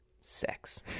Sex